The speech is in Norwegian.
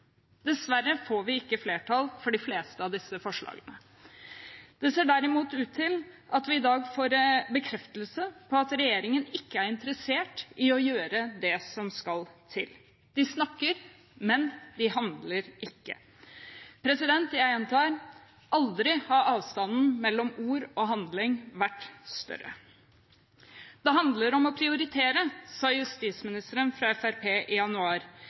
Dessverre får vi ikke flertall for de fleste av disse forslagene. Det ser derimot ut til at vi i dag får bekreftelse på at regjeringen ikke er interessert i å gjøre det som skal til. De snakker, men de handler ikke. Jeg gjentar: Aldri har avstanden mellom ord og handling vært større. «Det handler om å prioritere», sa justisministeren fra Fremskrittspartiet i januar,